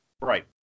Right